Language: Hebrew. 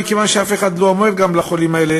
מכיוון שאף אחד גם לא אומר לחולים האלה